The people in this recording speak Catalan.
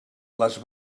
les